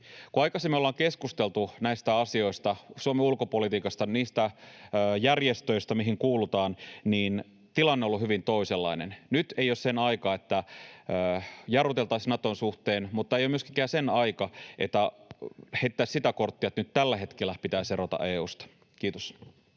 Kun aikaisemmin ollaan keskusteltu näistä asioista, Suomen ulkopolitiikasta, niistä järjestöistä, mihin kuulutaan, niin tilanne on ollut hyvin toisenlainen. Nyt ei ole sen aika, että jarruteltaisiin Naton suhteen, mutta ei ole myöskään aika heittää sitä korttia, että nyt tällä hetkellä pitäisi erota EU:sta. — Kiitos.